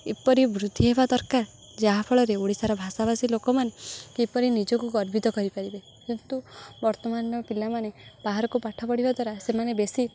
ଏପରି ବୃଦ୍ଧି ହେବା ଦରକାର ଯାହାଫଳରେ ଓଡ଼ିଶାର ଭାଷାଭାଷୀ ଲୋକମାନେ କିପରି ନିଜକୁ ଗର୍ବିତ କରିପାରିବେ କିନ୍ତୁ ବର୍ତ୍ତମାନର ପିଲାମାନେ ବାହାରକୁ ପାଠ ପଢ଼ିବା ଦ୍ୱାରା ସେମାନେ ବେଶୀ